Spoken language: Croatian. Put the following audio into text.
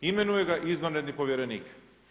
Imenuje ga izvanredni povjerenik.